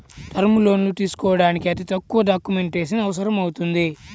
term లోన్లు తీసుకోడానికి అతి తక్కువ డాక్యుమెంటేషన్ అవసరమవుతుంది